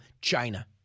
China